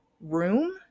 room